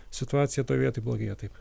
situacija toj vietoj blogėja taip